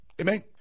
Amen